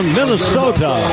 Minnesota